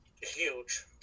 Huge